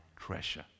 treasure